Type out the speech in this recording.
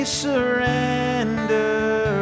surrender